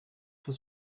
for